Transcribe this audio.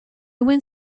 went